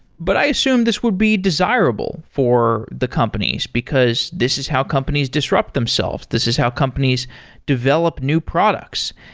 but i assumed this would be desirable for the companies, because this is how companies disrupt themselves. this is how companies develop new products.